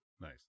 Nice